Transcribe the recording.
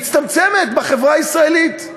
שמצטמצמת בחברה הישראלית,